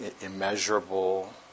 immeasurable